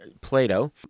Plato